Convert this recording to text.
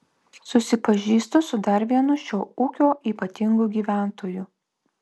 susipažįstu su dar vienu šio ūkio ypatingu gyventoju